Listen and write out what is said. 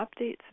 updates